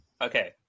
okay